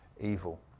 evil